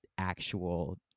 Actual